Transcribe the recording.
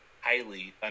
highly